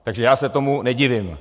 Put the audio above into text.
Takže já se tomu nedivím.